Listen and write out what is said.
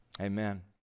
Amen